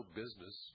business